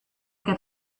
get